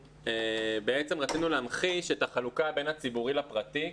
בעצם רצינו להמחיש את החלוקה בין הציבורי לפרטי.